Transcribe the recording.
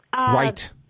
Right